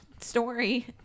story